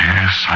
Yes